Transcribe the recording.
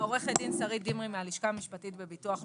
עו"ד שרית דמרי מהלשכה המשפטית בביטוח לאומי.